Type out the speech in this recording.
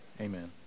amen